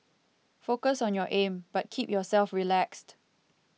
focus on your aim but keep yourself relaxed